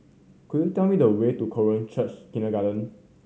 could you tell me the way to Korean Church Kindergarten